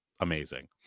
amazing